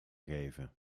geven